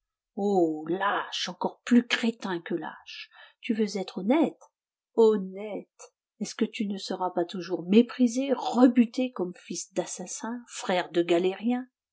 oh lâche encore plus crétin que lâche tu veux être honnête honnête est-ce que tu ne seras pas toujours méprisé rebuté comme fils d'assassin frère de galérien